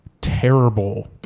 Terrible